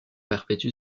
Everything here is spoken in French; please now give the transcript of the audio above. perpétue